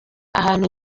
ahantu